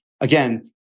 again